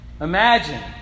Imagine